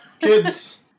Kids